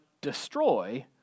destroy